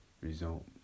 result